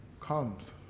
comes